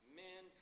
men